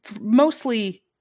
mostly